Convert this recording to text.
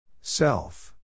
Self